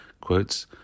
Quotes